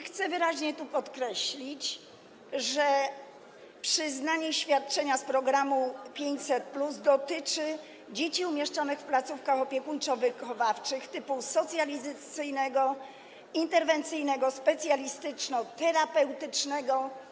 Chcę tu wyraźnie podkreślić, że przyznanie świadczenia z programu 500+ dotyczy dzieci umieszczonych w placówkach opiekuńczo-wychowawczych typu socjalizacyjnego, interwencyjnego, specjalistyczno-terapeutycznego.